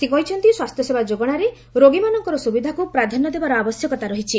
ସେ କହିଛନ୍ତି' ସ୍ୱାସ୍ଥ୍ୟ ସେବା ଯୋଗାଣରେ ରୋଗୀମାନଙ୍କର ସୁବିଧାକୁ ପ୍ରାଧାନ୍ୟ ଦେବାର ଆବଶ୍ୟକତା ରହିଛି